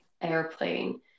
airplane